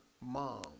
mom